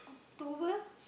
October